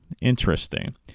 interesting